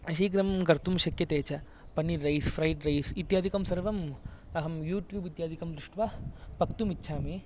शीघ्रं कर्तुं शक्यते च पन्नीर् रैस् फ्रैड् रैस् इत्यादिकं सर्वं अहं यूट्युब् इत्यादिकं दृष्ट्वा पक्तुम् इच्छामि